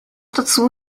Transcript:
dazu